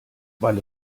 weil